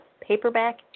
paperback